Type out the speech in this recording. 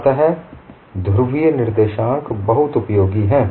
अतः ध्रुवीय निर्देशांक बहुत उपयोगी है